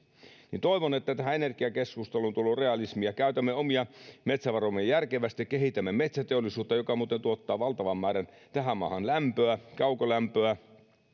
toivon että tähän energiakeskusteluun tulee realismia käytämme omia metsävarojamme järkevästi ja kehitämme metsäteollisuutta joka muuten tuottaa valtavan määrän tähän maahan lämpöä kaukolämpöä